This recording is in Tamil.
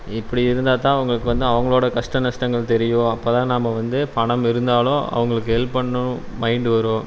இப்படி இருந்தா தான் அவங்களுக்கு வந்து அவங்களோடைய கஷ்ட நஷ்டங்கள் தெரியும் அப்ப தான் நம்ம வந்து பணம் இருந்தாலும் அவங்களுக்கு ஹெல்ப் பண்ணும் மைண்ட் வரும்